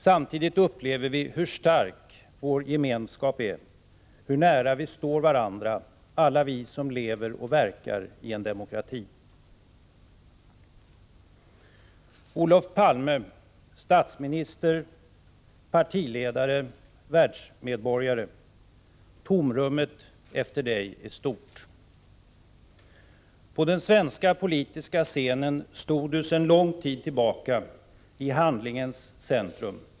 Samtidigt upplever vi hur stark vår gemenskap är, hur nära vi står varandra, alla vi som lever och verkar i en demokrati. Olof Palme — statsminister, partiledare, världsmedborgare — tomrummet efter Dig är stort! På den svenska politiska scenen stod Du, sedan lång tid tillbaka, i handlingens centrum.